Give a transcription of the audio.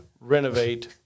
renovate